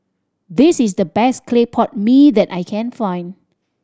this is the best clay pot mee that I can find